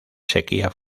sequía